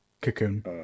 cocoon